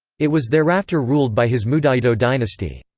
it was thereafter ruled by his mudaito dynasty.